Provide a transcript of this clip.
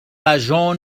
جون